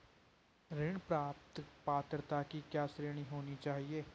ऋण प्राप्त पात्रता की क्या श्रेणी होनी चाहिए?